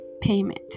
payment